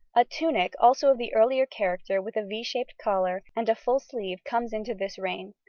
a tunic also of the earlier character with a v shaped collar and full sleeve comes into this reign,